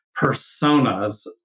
personas